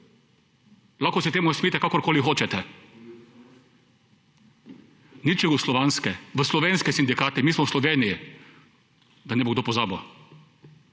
Lahko se temu smejite kakorkoli hočete, nič jugoslovanske, v slovenske sindikate, mi smo v Sloveniji, da ne bo kdo pozabil.